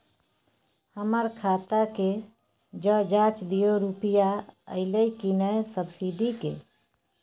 हमर खाता के ज जॉंच दियो रुपिया अइलै की नय सब्सिडी के?